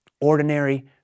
ordinary